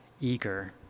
eager